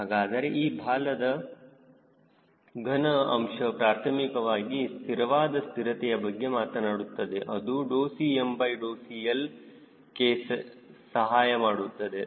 ಹಾಗಾದರೆ ಈ ಬಾಲದ ಘನ ಅಂಶ ಪ್ರಾಥಮಿಕವಾಗಿ ಸ್ಥಿರವಾದ ಸ್ಥಿರತೆಯ ಬಗ್ಗೆ ಮಾತನಾಡುತ್ತದೆ ಅದು CmCL ಕ್ಕೆ ಸಹಾಯಮಾಡುತ್ತದೆ